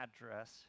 address